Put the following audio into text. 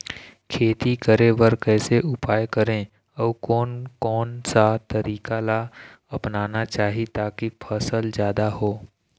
खेती करें बर कैसे उपाय करें अउ कोन कौन सा तरीका ला अपनाना चाही ताकि फसल जादा हो?